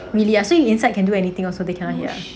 really ah so inside you do anything also they cannot hear us